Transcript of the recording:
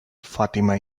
fatima